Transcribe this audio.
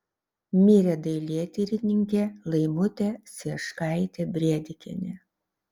mirė dailėtyrininkė laimutė cieškaitė brėdikienė